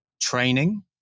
training